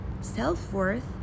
self-worth